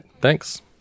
thanks